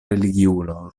religiulo